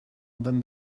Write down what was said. than